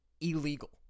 illegal